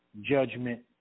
Judgment